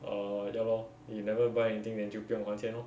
err ya lor you never buy anything then 就不用还钱 lor